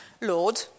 Lord